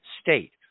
state